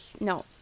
No